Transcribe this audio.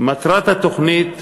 מטרת התוכנית,